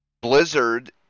Blizzard